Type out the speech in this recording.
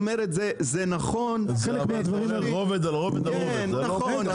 זה רובד על רובד על רובד.